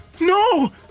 No